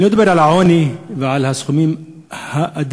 אני לא אדבר על העוני ועל הסכומים האדירים,